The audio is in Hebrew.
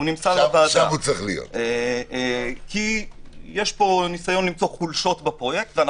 כי יש ניסיונות למצוא חולשות בפרויקט.